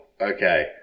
okay